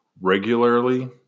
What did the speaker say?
regularly